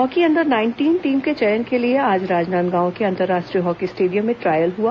hockey under nineteen team के चयन के लिए आज राजनादगांव के अंतर्राष्ट्रीय हॉकी स्टेडियम में ट्रायल हुआ